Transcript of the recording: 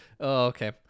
Okay